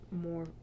more